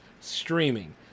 streaming